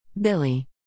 Billy